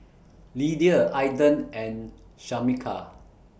Lydia Aiden and Shameka